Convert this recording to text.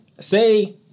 Say